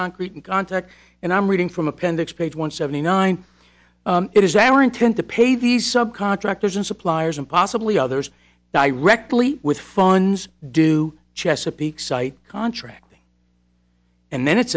and contact and i'm reading from appendix page one seventy nine it is our intent to pay these subcontractors and suppliers and possibly others directly with funds do chesapeake site contracting and then it